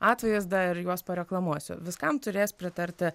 atvaizdą ir juos pareklamuosiu viskam turės pritarti